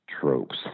tropes